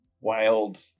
wild